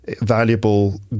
valuable